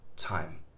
time